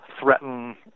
threaten